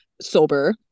sober